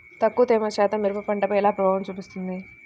తక్కువ తేమ శాతం మిరప పంటపై ఎలా ప్రభావం చూపిస్తుంది?